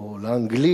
או לאנגלי